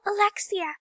alexia